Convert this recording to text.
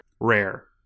rare